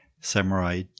samurai